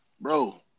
bro